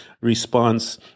response